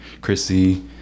Chrissy